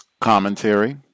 commentary